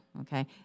okay